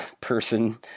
person